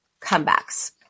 comebacks